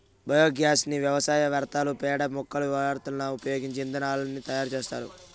biogas ని వ్యవసాయ వ్యర్థాలు, పేడ, మొక్కల వ్యర్థాలను ఉపయోగించి ఇంధనాన్ని తయారు చేత్తారు